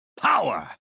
Power